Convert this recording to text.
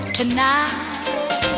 tonight